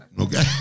Okay